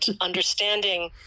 understanding